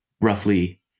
roughly